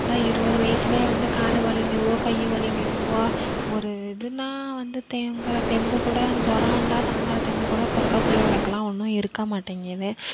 அதுதான் இருபது வயதிலயே வந்து கால் வலிங்கிதுவோ கை வலிங்கிதுவோ ஒரு இதுன்னா வந்து தாங்க தெம்பு கூட ஜொரம் வந்தால் தாங்குற தெம்பு கூட இப்போ இருக்க பிள்ளைவொளுக்குலாம் ஒன்றும் இருக்க மாட்டேங்கிது